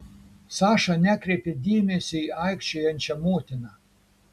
saša nekreipė dėmesio į aikčiojančią motiną